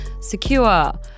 secure